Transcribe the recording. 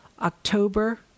October